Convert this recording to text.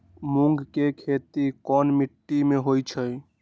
मूँग के खेती कौन मीटी मे होईछ?